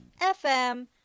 FM